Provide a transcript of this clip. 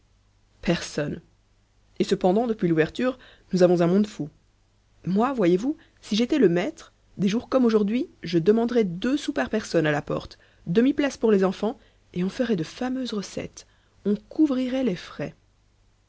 personne et cependant depuis l'ouverture nous avons un monde fou moi voyez-vous si j'étais le maître des jours comme aujourd'hui je demanderais deux sous par personne à la porte demi place pour les enfants et on ferait de fameuses recettes on couvrirait les frais